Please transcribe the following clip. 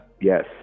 yes